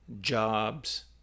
jobs